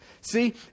See